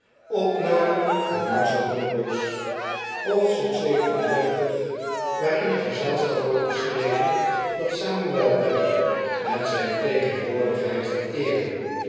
hoofdstuk xxxvii waarin een gezelschap wordt beschreven dat samuel weller met zijn tegenwoordigheid vereerde